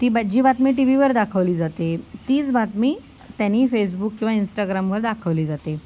ती बा जी बातमी टीवीवर दाखवली जाते तीच बातमी त्यांनी फेसबुक किंवा इंस्टाग्रामवर दाखवली जाते